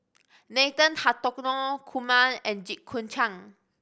Nathan Hartono Kumar and Jit Koon Ch'ng